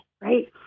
right